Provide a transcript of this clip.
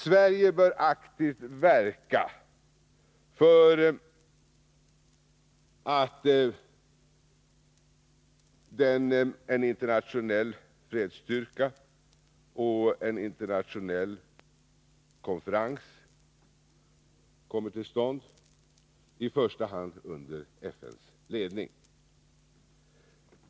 Sverige bör aktivt verka för att den internationella fredsstyrkan utökas och att en internationell konferens kommer till stånd, bådadera i första hand under FN:s ledning.